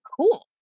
Cool